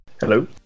Hello